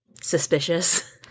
Suspicious